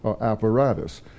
apparatus